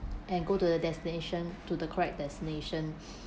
and go to the destination to the correct destination